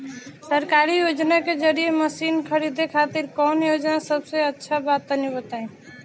सरकारी योजना के जरिए मशीन खरीदे खातिर कौन योजना सबसे अच्छा बा तनि बताई?